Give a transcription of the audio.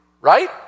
Right